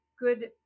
good